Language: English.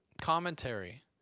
commentary